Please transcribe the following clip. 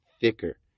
thicker